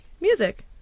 Music